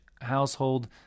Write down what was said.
household